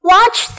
Watch